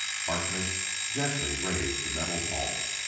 harkness gently raised the metal ball.